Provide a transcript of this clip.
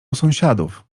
sąsiadów